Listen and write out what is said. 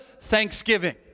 thanksgiving